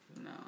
No